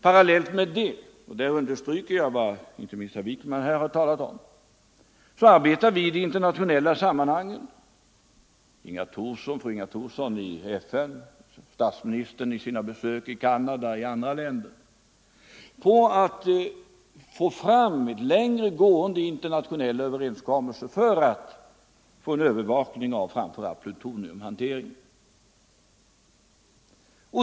Parallellt med detta - och där understryker jag bara vad inte minst herr Wijkman här talat om — arbetar vi i de internationella sammanhangen, fru Inga Thorsson i FN, statsministern vid sina besök i Canada och i andra länder, med att få fram längre gående överenskommelser om en övervakning av framför allt plutoniumhanteringen.